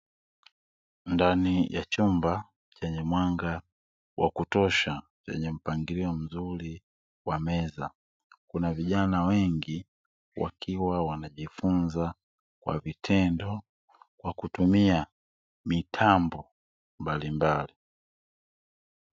Ndani ya chumba chenye mwanga wa kutosha chenye mpangilio mzuri wa meza, kuna vijana wengi wakiwa wanajifunza kwa vitendo kwa kutumia mitambo mbalimbali.